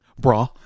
Bra